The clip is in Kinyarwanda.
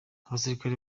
abasirikare